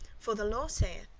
for the law saith,